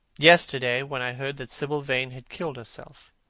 yesterday, when i heard that sibyl vane had killed herself